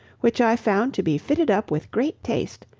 which i found to be fitted up with great taste,